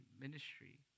ministry